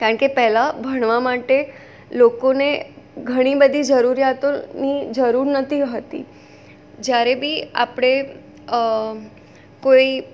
કારણ કે પહેલાં ભણવા માટે લોકોને ઘણી બધી જરૂરિયાતોની જરૂર નહોતી હતી જ્યારે બી આપણે કોઈ